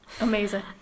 Amazing